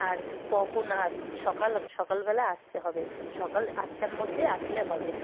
আর কখন সকাল সকালবেলা আসতে হবে সকাল আটটার মধ্যে আসলে হবে